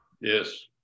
yes